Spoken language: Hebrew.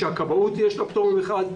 שלכבאות יש פטור ממכרז,